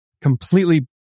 completely